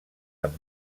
amb